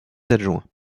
adjoints